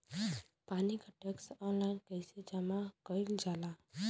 पानी क tax online कईसे जमा कईल जाला?